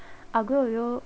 aglio olio